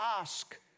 ask